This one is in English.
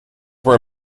were